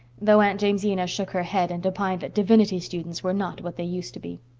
though aunt jamesina shook her head and opined that divinity students were not what they used to be.